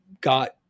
got